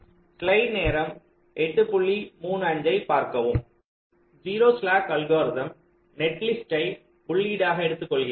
0 slack algorithm நெட்லிஸ்ட்டை உள்ளீடாக எடுத்துக்கொள்கிறது